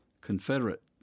Confederate